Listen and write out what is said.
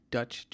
Dutch